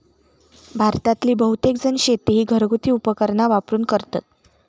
भारतातील बहुतेकजण शेती ही घरगुती उपकरणा वापरून करतत